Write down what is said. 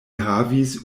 havis